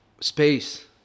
space